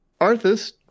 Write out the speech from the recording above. Arthas